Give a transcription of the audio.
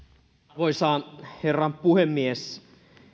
arvoisa herra puhemies